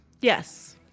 Yes